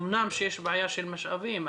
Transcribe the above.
אמנם יש בעיה של משאבים,